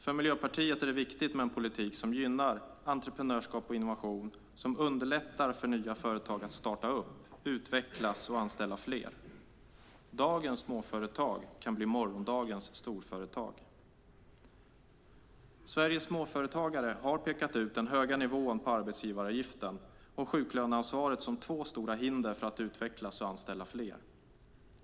För Miljöpartiet är det viktigt med en politik som gynnar entreprenörskap och innovation och som underlättar för nya företag att starta upp, utvecklas och anställa fler. Dagens småföretag kan bli morgondagens storföretag. Sveriges småföretagare har pekat ut den höga nivån på arbetsgivaravgiften och sjuklöneansvaret som två stora hinder för att utvecklas och anställa fler.